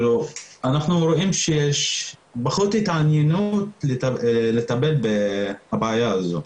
אנחנו רואים שיש פחות התעניינות לטפל בבעיה הזו.